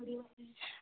वॾी वारी